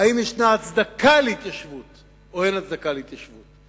אם יש הצדקה להתיישבות או אין הצדקה להתיישבות.